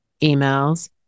emails